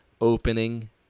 opening